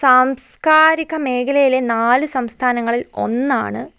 സാംസ്കാരിക മേഖലയിലെ നാല് സംസ്ഥാനങ്ങളിൽ ഒന്നാണ്